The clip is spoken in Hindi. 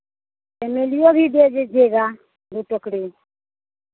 चमेलियो भी दे दीजिएगा दो टोकरी